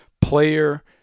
player